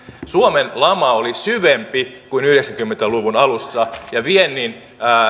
suomen lama oli syvempi kuin yhdeksänkymmentä luvun alussa ja viennin